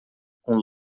com